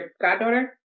goddaughter